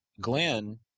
Glenn